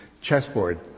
chessboard